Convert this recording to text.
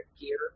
gear